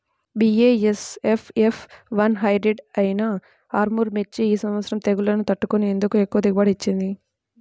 BASF F one hybrid అయినా ఆర్ముర్ మిర్చి ఈ సంవత్సరం తెగుళ్లును తట్టుకొని ఎందుకు ఎక్కువ దిగుబడి ఇచ్చింది?